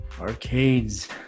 Arcades